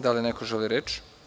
Da li neko želi reč?